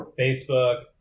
Facebook